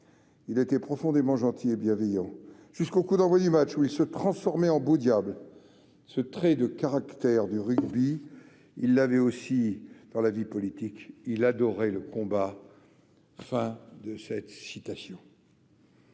Il était profondément gentil et bienveillant, jusqu'au coup d'envoi du match où il se transformait en beau diable. Ce trait de caractère du rugby, il l'avait aussi dans la vie politique : il adorait le combat. » Je le revois, lors